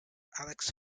alex